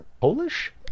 Polish